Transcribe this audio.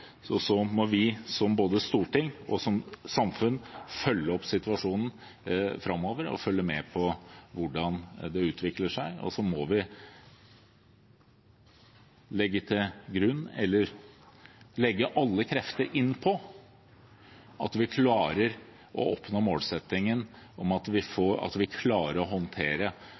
så må vi, både som storting og som samfunn, følge opp situasjonen framover og følge med på hvordan det utvikler seg. Vi må sette alle krefter inn på å klare å oppnå målsettingen om å håndtere